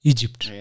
Egypt